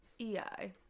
E-I